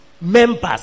members